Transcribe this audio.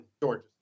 Georgia